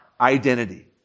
identity